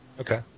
Okay